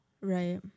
Right